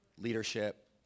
Leadership